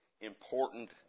important